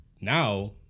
now